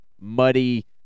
muddy